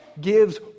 gives